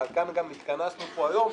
ועל כך גם התכנסנו פה היום,